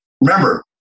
Remember